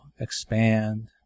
expand